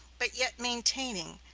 but yet maintaining,